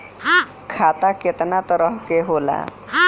खाता केतना तरह के होला?